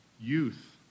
youth